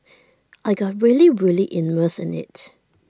I got really really immersed in IT